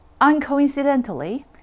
Uncoincidentally